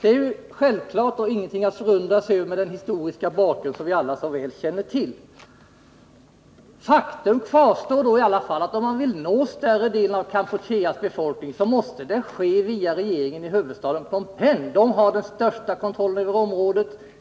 Detta är självklart och ingenting att förundra sig över mot den historiska bakgrund som vi alla så väl känner till. Faktum kvarstår emellertid att om man vill nå större delen av Kampucheas befolkning, så måste det ske via regeringen i huvudstaden Phnom Penh. Denna har den största kontrollen över området.